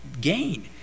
gain